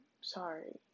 sorry